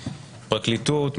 פרקליטות,